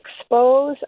expose